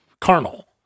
carnal